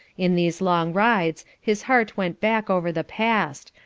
in these long rides his heart went back over the past,